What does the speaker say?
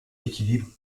équilibre